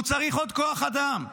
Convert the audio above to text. הוא צריך עוד כוח אדם.